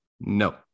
No